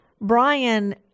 Brian